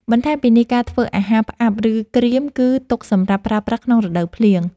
បន្ថែមពីនេះការធ្វើអាហារផ្អាប់ ឬក្រៀម គឺទុកសម្រាប់ប្រើប្រាស់ក្នុងរដូវភ្លៀង។